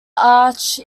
arch